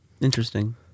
Interesting